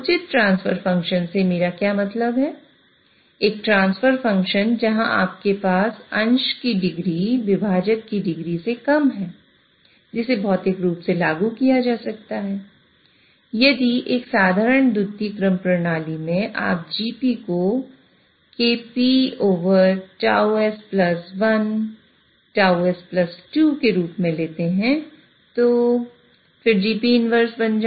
उचित transfer function से मेरा क्या मतलब है एक ट्रांसफर फंक्शन